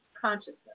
consciousness